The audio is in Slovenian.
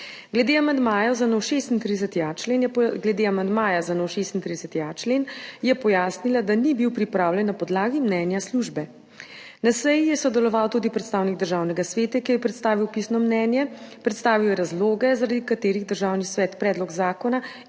Glede amandmaja za nov 36.a člen je pojasnila, da ni bil pripravljen na podlagi mnenja službe. Na seji je sodeloval tudi predstavnik Državnega sveta, ki je predstavil pisno mnenje. Predstavil je razloge, zaradi katerih Državni svet predlog zakona